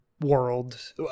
world